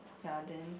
ya then